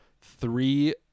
three